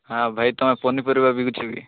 ହଁ ଭାଇ ତୁମେ ପନିପରିବା ବିକୁଛ କି